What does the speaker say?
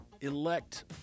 elect